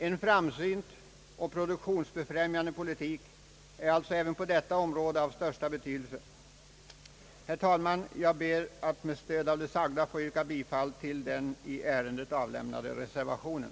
En framsynt och produktionsbefrämjande politik är alltså även på detta område av största betydelse, Herr talman! Jag ber att med stöd av det sagda få yrka bifall till den i ärendet avgivna reservationen.